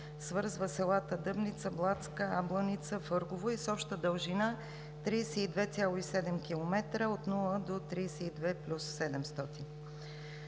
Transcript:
свързва селата Дъбница, Блатска, Абланица, Фъргово и е с обща дължина 32,7 км от нула до 32+700.